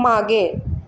मागे